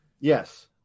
Yes